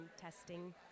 testing